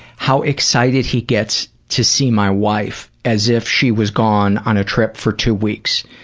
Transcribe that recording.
how excited he gets to see my wife as if she was gone on a trip for two weeks.